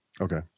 okay